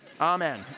Amen